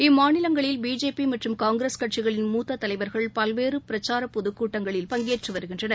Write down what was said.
இம்மாநிலங்களில் BJP மற்றும் காங்கிரஸ் கட்சிகளின் மூத்த தலைவர்கள் பல்வேறு பிரச்சார பொதுக்கூட்டங்களில் பங்கேற்கின்றனர்